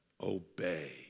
obey